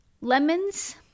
Lemons